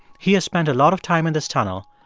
he has spent a lot of time in this tunnel,